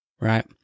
Right